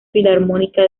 filarmónica